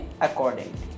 accordingly